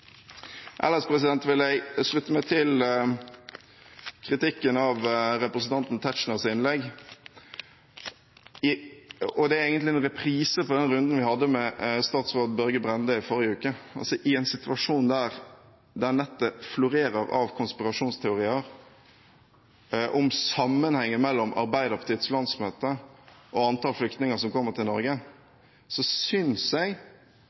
vil jeg slutte meg til kritikken av representanten Tetzschners innlegg, og det er egentlig en reprise på den runden vi hadde med utenriksminister Børge Brende i forrige uke. I en situasjon der nettet florerer av konspirasjonsteorier om sammenhengen mellom Arbeiderpartiets landsmøte og antallet flyktninger som kommer til Norge, synes jeg